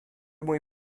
mój